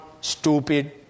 stupid